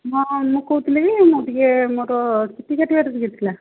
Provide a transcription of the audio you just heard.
ହଁ ମୁଁ କହୁଥିଲି କି ମୁଁ ଟିକେ ମୋର ଚୁଟି କାଟିବାର ଟିକେ ଥିଲା